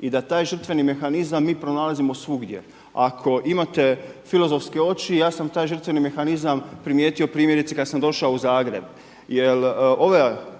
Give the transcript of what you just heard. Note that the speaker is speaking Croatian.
i da taj žrtveni mehanizam mi pronalazimo svugdje. Ako imate filozofke oči, ja sam taj žrtveni mehanizam primijetio primjerice kada sam došao u Zagreb jel